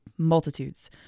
Multitudes